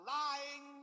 lying